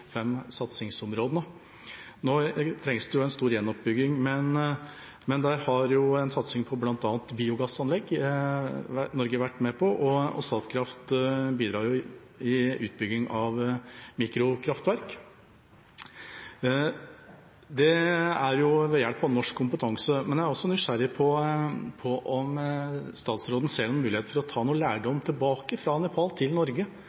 fem satsingsområdene. Nå trengs det jo en stor gjenoppbygging, men der har Norge vært med på en satsing på bl.a. biogassanlegg, og Statkraft bidrar i utbyggingen av mikrokraftverk, og det er jo ved hjelp av norsk kompetanse. Men jeg er også nysgjerrig på om statsråden ser noen mulighet for å ta noe lærdom tilbake, fra Nepal til Norge